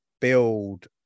build